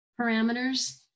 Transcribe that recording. parameters